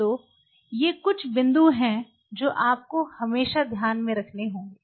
तो ये कुछ बिंदु हैं जो आपको हमेशा ध्यान में रखने होंगे